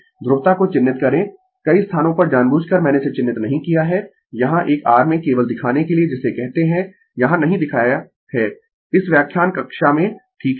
ध्रुवता को चिह्नित करें कई स्थानों पर जानबूझकर मैंने इसे चिह्नित नहीं किया है यहाँ एक r में केवल दिखाने के लिए जिसे कहते है यहां नहीं दिखाया है इस व्याख्यान कक्षा में ठीक है